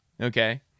okay